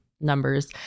numbers